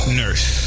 nurse